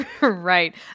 right